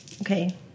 Okay